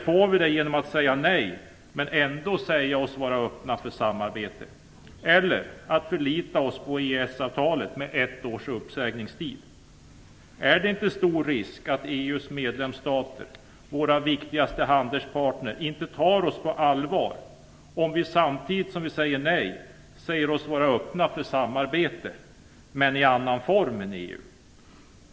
Får vi det genom att säga nej men ändå säga oss vara öppna för samarbete? Eller får vi det genom att förlita oss på Är det inte stor risk att EU:s medlemsstater, våra viktigaste handelspartner, inte tar oss på allvar, om vi samtidigt som vi säger nej säger oss vara öppna för samarbete, men i annan form än EU?